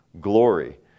glory